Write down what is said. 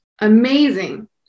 amazing